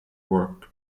work